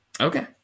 Okay